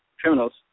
criminals